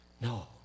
No